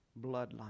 bloodline